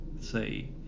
say